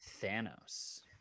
Thanos